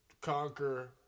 conquer